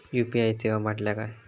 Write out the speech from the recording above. UPI सेवा म्हटल्या काय?